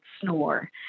snore